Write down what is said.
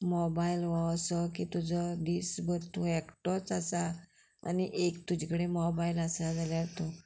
mobile हो असो की तुजो दीस भर तूं एकटोच आसा आनी एक तुजे कडेन मोबायल आसा जाल्यार तूं